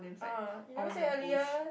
ah you never say earlier